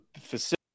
facility